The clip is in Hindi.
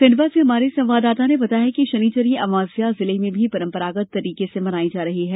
खंडवा से हमारे संवाददाता ने बताया है कि शनिश्चरी अमावस्या जिले में भी परंपरागत तरीके से मनाई जा रही है